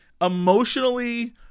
emotionally